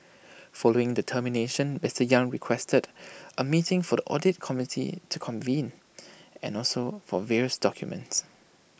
following the termination Mister yang requested A meeting for the audit committee to convened and also for various documents